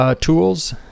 Tools